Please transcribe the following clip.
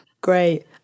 Great